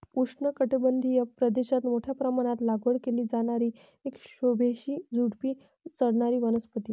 उष्णकटिबंधीय प्रदेशात मोठ्या प्रमाणात लागवड केली जाणारी एक शोभेची झुडुपी चढणारी वनस्पती